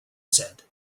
said